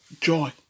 joy